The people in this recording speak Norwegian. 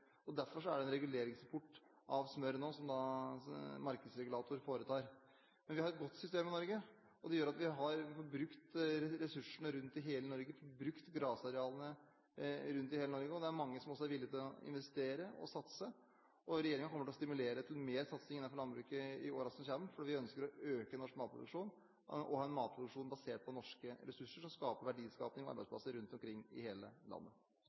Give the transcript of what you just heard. er det en reguleringsimport av smør som nå markedsregulator foretar. Men vi har et godt system i Norge, og det gjør at vi får brukt ressursene rundt i hele Norge, brukt gressarealene rundt i hele Norge, og det er mange som er villige til å investere og satse. Regjeringen kommer til å stimulere til mer satsing innenfor landbruket i årene som kommer, fordi vi ønsker å øke nasjonalproduksjonen og ha en matproduksjon basert på norske ressurser, som skaper verdiskaping og arbeidsplasser rundt omkring i hele landet.